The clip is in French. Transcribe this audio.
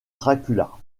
dracula